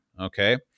Okay